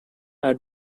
are